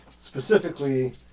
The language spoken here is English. Specifically